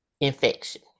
infection